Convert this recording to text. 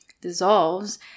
dissolves